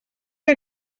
que